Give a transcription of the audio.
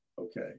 okay